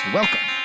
welcome